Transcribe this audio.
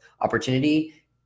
opportunity